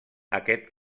aquest